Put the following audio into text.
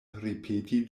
ripeti